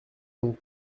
donc